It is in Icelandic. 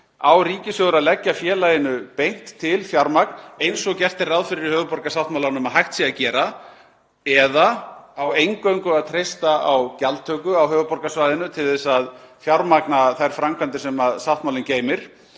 ríkissjóður eigi að leggja félaginu beint til fjármagn eins og gert er ráð fyrir í höfuðborgarsáttmálanum að hægt sé að gera. Eða á eingöngu að treysta á gjaldtöku á höfuðborgarsvæðinu til að fjármagna þær framkvæmdir sem sáttmálinn geymir?